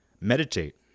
Meditate